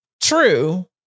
true